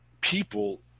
people